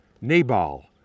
Nabal